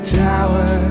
tower